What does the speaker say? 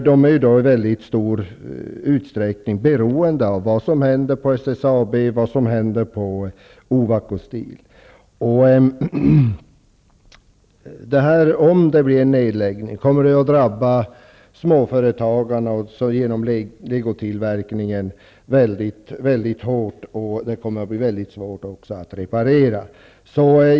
De är i dag i mycket stor utsträckning beroende av vad som händer med Om det blir en nedläggning kommer det genom legotillverkningen att drabba småföretagarna mycket hårt. Detta blir också mycket svårt att reparera.